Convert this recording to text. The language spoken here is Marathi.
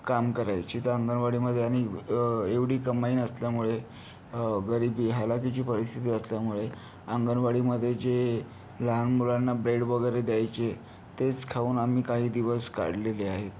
काम करायची त्या अंगणवाडीमध्ये आणि एवढी कमाई नसल्यामुळे गरिबी हलाखीची परिस्थिती असल्यामुळे अंगणवाडीमध्ये जे लहान मुलांना ब्रेड वगैरे द्यायचे तेच खाऊन आम्ही काही दिवस काढलेले आहेत